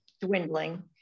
dwindling